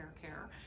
Care